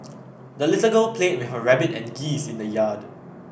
the little girl played with her rabbit and geese in the yard